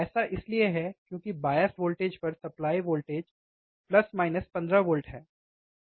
ऐसा इसलिए है क्योंकि बायस वोल्टेज पर supply voltage plus minus 15 volt है